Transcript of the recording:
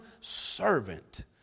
servant